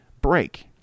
break